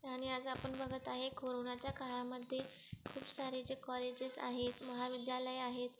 आणि आज आपण बघत आहे कोरोनाच्या काळामध्ये खूप सारे जे कॉलेजेस आहेत महाविद्यालय आहेत